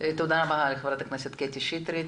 תודה ח"כ קטי שטרית.